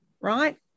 right